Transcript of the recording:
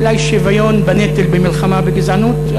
אולי שוויון בנטל במלחמה בגזענות,